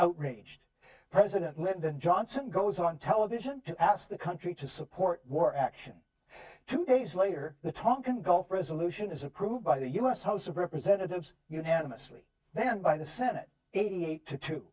outraged president lyndon johnson goes on television to ask the country to support war action two days later the tonkin gulf resolution is approved by the u s house of representatives unanimously then by the senate eighty eight to t